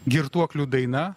girtuoklių daina